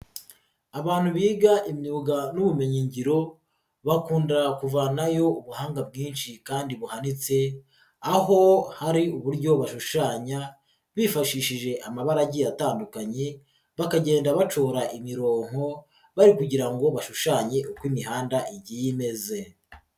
Abantu biga imyuga n'ubumenyingiro bakunda kuvanayo ubuhanga bwinshi kandi buhanitse, aho hari uburyo bashushanya bifashishije amabara agiye atandukanye bakagenda bacora imirongo bari kugira ngo bashushanye uko imihanda igiye imeze.